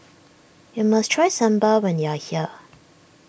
you must try Sambar when you are here